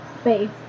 space